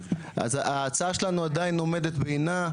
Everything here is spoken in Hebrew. אז ההצעה שלנו עדיין עומדת בעינה,